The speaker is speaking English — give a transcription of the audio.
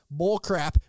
bullcrap